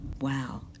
wow